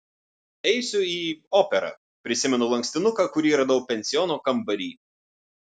eisiu į operą prisimenu lankstinuką kurį radau pensiono kambary